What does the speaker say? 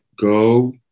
go